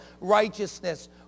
righteousness